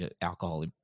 alcohol